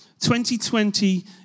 2020